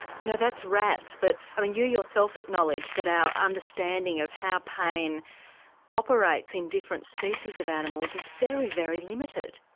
you know that's rats, but you yourself acknowledge that our understanding of how pain operates in different species of animals is very, very limited.